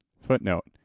Footnote